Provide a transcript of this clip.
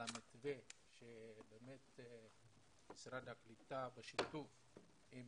על המתווה שהציג משרד הקליטה בשיתוף עם